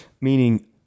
meaning